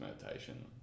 meditation